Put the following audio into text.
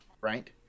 right